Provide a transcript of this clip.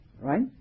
right